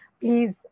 please